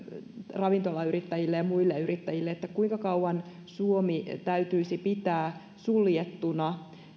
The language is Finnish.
ravintolayrittäjille ja muille yrittäjille kuinka kauan suomi täytyisi pitää suljettuna